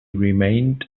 remained